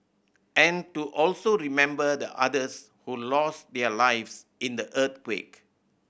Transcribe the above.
and to also remember the others who lost their lives in the earthquake